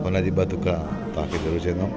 उन जी ॿ तुक तव्हांखे जरूर चइंदमि